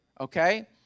okay